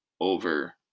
over